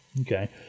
Okay